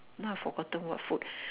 now I forgotten what food